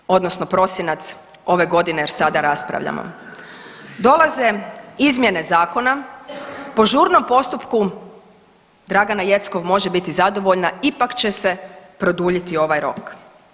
Čin 3., studeni odnosno prosinac ove godine jer sada raspravljamo, dolaze izmjene zakona po žurnom postupku, Dragana Jeckov može biti zadovoljna ipak će se produljiti ovaj rok.